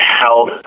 health